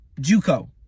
JUCO